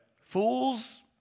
fools